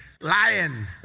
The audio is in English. Lion